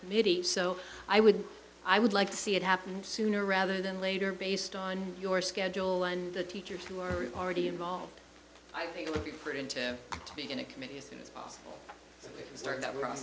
committees so i would i would like to see it happen sooner rather than later based on your schedule and the teachers who are already involved i think it would be pretty and to be in a committee to start that pro